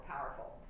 powerful